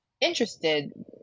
interested